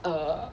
err